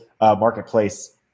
marketplace